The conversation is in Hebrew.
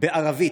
בערבית,